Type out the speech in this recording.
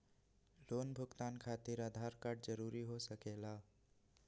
Loan भुगतान खातिर Aadhaar card जरूरी हो सके ला?